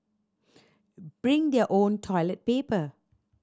bring their own toilet paper